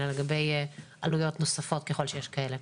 אלא לגבי עלויות נוספות ככול שיש כאלה.